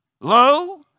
Low